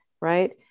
right